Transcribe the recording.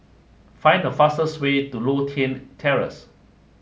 find the fastest way to Lothian Terrace